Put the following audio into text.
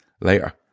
later